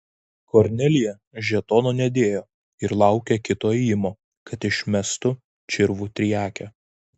kornelija žetono nedėjo ir laukė kito ėjimo kad išmestų čirvų triakę